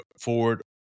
Forward